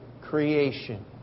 creation